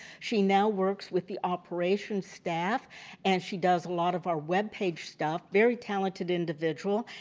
she now works with the operations staff and she does a lot of our web page stuff. very talented individual.